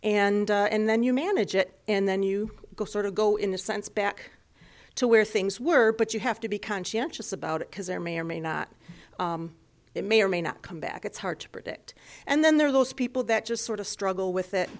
and and then you manage it and then you go sort of go in the sense back to where things were but you have to be conscientious about it because there may or may not it may or may not come back it's hard to predict and then there are those people that just sort of struggle with it